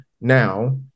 now